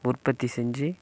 உற்பத்தி செஞ்சு